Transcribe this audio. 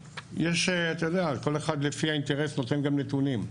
כל אחד לפי האינטרס נותן גם נתונים.